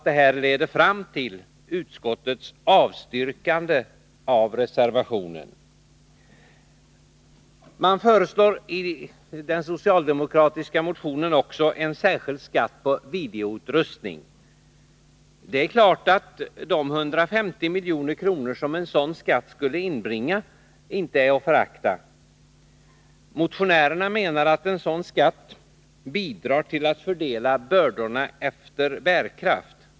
Detta leder fram till utskottets yrkande om avslag på reservationen. I den socialdemokratiska motionen föreslås också en särskild skatt på videoutrustning. Det är klart att de 150 milj.kr. som en sådan skatt skulle inbringa inte är att förakta. Motionärerna menar att en sådan skatt bidrar till att fördela bördorna efter bärkraft.